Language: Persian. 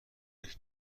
نمی